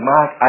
Mark